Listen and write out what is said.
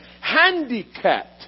handicapped